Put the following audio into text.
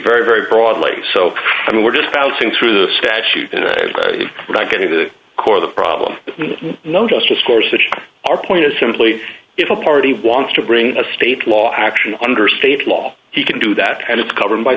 very very broadly so i mean we're just bouncing through the statute not getting to the core of the problem no justice course which our point is simply if a party wants to bring a state law action under state law he can do that and it's governed by